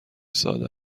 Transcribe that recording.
ساده